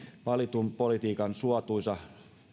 valitun politiikan suotuisa